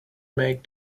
make